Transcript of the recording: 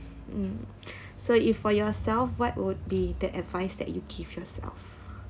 mm so if for yourself what would be the advice that you give yourself